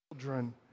children